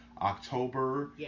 October